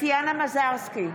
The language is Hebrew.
טטיאנה מזרסקי,